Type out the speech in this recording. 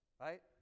right